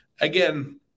Again